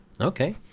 Okay